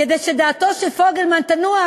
כדי שדעתו של פוגלמן תנוח,